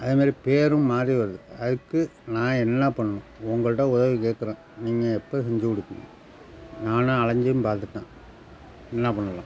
அதே மாரி பேரும் மாறி வருது அதுக்கு நான் என்ன பண்ணணும் உங்ககிட்ட உதவி கேட்கறேன் நீங்கள் எப்போ செஞ்சிக் கொடுப்பீங்க நானாக அலைஞ்சும் பார்த்துட்டேன் என்ன பண்ணலாம்